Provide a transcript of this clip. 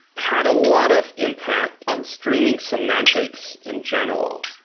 had a lot of impact on streaming semantics in general.